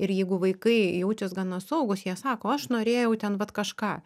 ir jeigu vaikai jaučias gana saugūs jie sako aš norėjau ten vat kažką